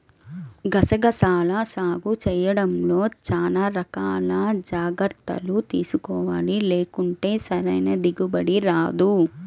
గసగసాల సాగు చేయడంలో చానా రకాల జాగర్తలు తీసుకోవాలి, లేకుంటే సరైన దిగుబడి రాదు